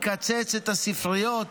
מקצץ את הספריות,